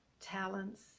talents